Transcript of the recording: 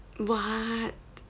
what